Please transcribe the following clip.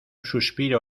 suspiro